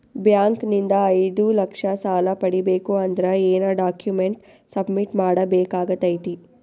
Bank ನಿಂದ ಐದು ಲಕ್ಷ ಸಾಲ ಪಡಿಬೇಕು ಅಂದ್ರ ಏನ ಡಾಕ್ಯುಮೆಂಟ್ ಸಬ್ಮಿಟ್ ಮಾಡ ಬೇಕಾಗತೈತಿ?